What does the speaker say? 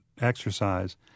exercise